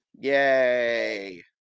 Yay